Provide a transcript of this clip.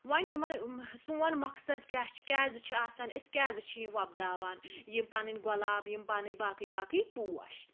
وۄنۍ یِمَن سون مقصَد کیاہ چھُ کیازِ چھِ آسان أسۍ کیازِ چھِ یہِ وۄبداوان یِم پَنٕنۍ گۄلاب یِم پَنٕنۍ باقٕے باقٕے پوش